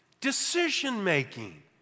decision-making